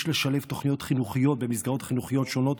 יש לשלב תוכניות חינוכיות במסגרות חינוכיות שונות,